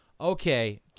Okay